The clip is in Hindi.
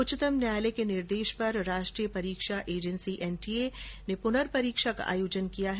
उच्चतम न्यायालय के निर्देश पर राष्ट्रीय परीक्षा एजेंसी एनटीए ने प्रनर्परीक्षा का आयोजन किया है